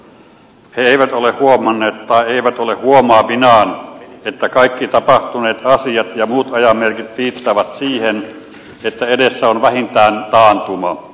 he eivät ole huomanneet tai eivät ole huomaavinaan että kaikki tapahtuneet asiat ja muut ajan merkit viittaavat siihen että edessä on vähintään taantuma